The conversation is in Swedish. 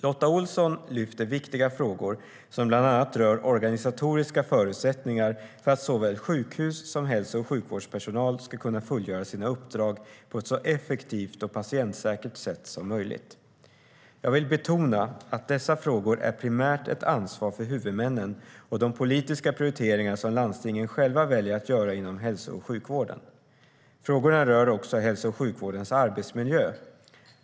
Lotta Olsson lyfter viktiga frågor som bland annat rör organisatoriska förutsättningar för att såväl sjukhus som hälso och sjukvårdspersonal ska kunna fullgöra sina uppdrag på ett så effektivt och patientsäkert sätt som möjligt. Jag vill betona att dessa frågor primärt är ett ansvar för huvudmännen och de politiska prioriteringar som landstingen själva väljer att göra inom hälso och sjukvården. Frågorna rör också hälso och sjukvårdens arbetsmiljö.